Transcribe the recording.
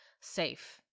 safe